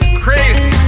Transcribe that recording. crazy